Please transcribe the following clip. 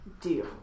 deal